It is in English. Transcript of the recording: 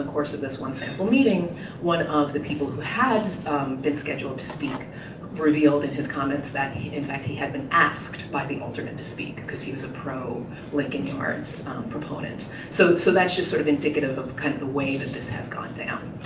course of this one sample meeting one of the people who had been scheduled to speak revealed in his comments that, in fact, he had been asked by the alderman to speak because he was a pro lincoln yards proponent. so so that's just sort of indicative of kind of the way that this has gone down.